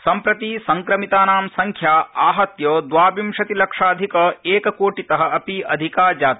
सम्प्रति संक्रमितानां संख्या आहत्य द्वा विशति लक्षाधिक एक कोटित अपि अधिका जाता